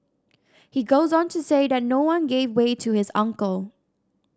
he goes on to say that no one gave way to his uncle